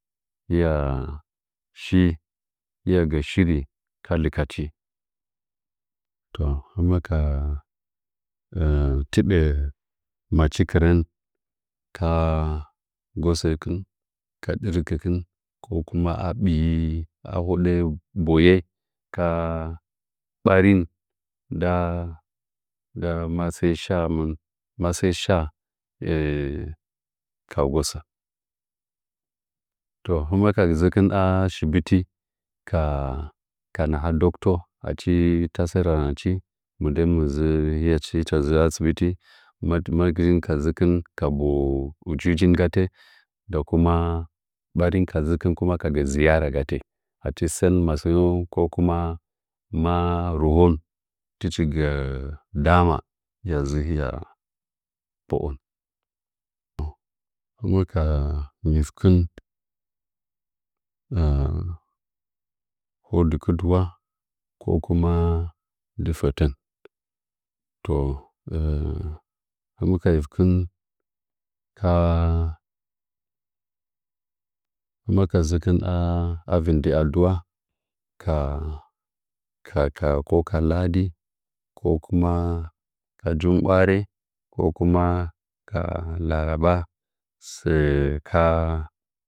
Hɨya shi gɚ shiri ka lɨkaci to hɨmɚ ka tɨbɚ machi kɨrɚn ka nggosɚkɨh ka dɨrkikih a bii a hoɗɚ boye ka ɓarin nda nda asɚ shamɨn masɚ sha ka usa to hɨmɚ ka dzɨkih a shibiti ka ka naha doctar acha tasɚ rarangɚchi mɨndɚn hichi dza asibiti madih ka dzɨkɨn ka mbɚhɚ ujijin gatɚ nda kuma barin kuma ka dzkin kasɚ ziyara gatɚ achi sɚn masɨnoh ko ku ma maa rohu hɨcha gɚ daa hiya po’on hɨmɚ ka nyifkɨn ko dɨkɨdɨwa kokuma ndɨ fatɚn to hɨmɚ ka nyit ktin ka hɨmɚ ka dzɨkin a vinɚ dɨ adua kakaka ko ka ladi ko ku ma ka jumbwarɚ ko kuma ka laraba sɚka